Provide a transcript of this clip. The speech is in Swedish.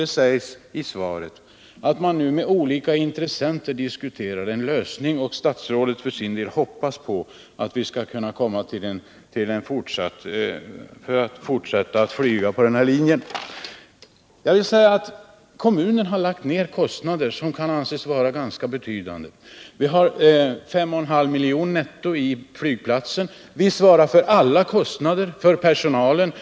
Det sägs i svaret att man med olika intressenter diskuterar en lösning och att statsrådet för sin del hoppas på att man skall kunna fortsätta att flyga på linjen. Jag vill säga att kommunen redan har lagt ner belopp i flygplatsen som kan anses vara ganska betydande. Vi betalar 5,5 milj.kr. netto och svarar för alla kostnader för personalen.